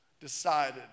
decided